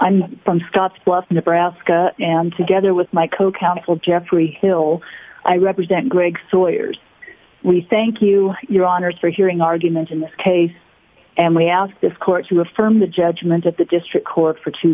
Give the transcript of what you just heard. i'm from scottsbluff nebraska and together with my co counsel geoffrey hill i represent greg hoy yours we thank you your honors for hearing arguments in this case and we ask this court to affirm the judgment of the district court for two